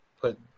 put